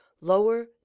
lower